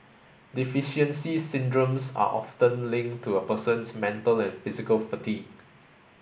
deficiency syndromes are often linked to a person's mental and physical fatigue